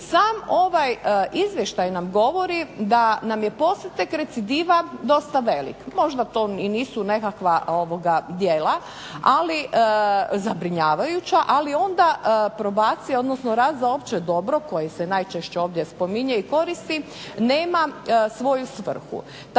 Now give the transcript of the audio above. Sam ovaj izvještaj nam govori da nam je postotak recidiva dosta velik, možda to i nisu nekakva djela ali zabrinjavajuća ali onda probacija odnosno rad za opće dobro koje se najčešće ovdje spominje i koristi nema svoju svrhu.